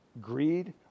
greed